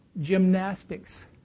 gymnastics